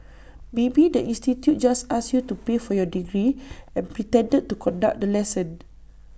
maybe the institute just asked you to pay for your degree and pretended to conduct the lesson